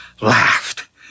laughed